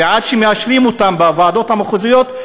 ועד שמאשרים אותן בוועדות המחוזיות,